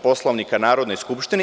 Poslovnika Narodne skupštine.